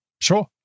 Sure